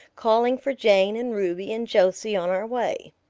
calling for jane and ruby and josie on our way.